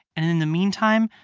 and in the meantime,